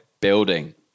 building